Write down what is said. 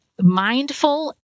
mindful